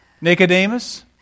Nicodemus